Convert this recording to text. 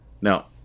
Now